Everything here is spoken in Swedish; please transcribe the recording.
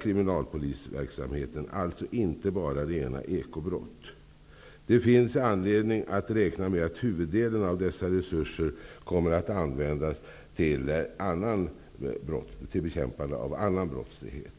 kriminalpolisverksamheten, dvs. inte bara till rena ekobrott. Det finns anledning att räkna med att huvuddelen av dessa resurser kommer att användas till bekämpning av annan brottslighet.